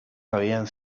habían